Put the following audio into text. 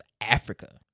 Africa